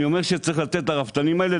אני אומר שצריך לתת לרפתנים האלה,